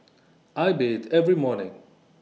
I bathe every morning